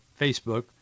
Facebook